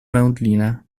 wędlinę